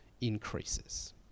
increases